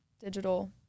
Digital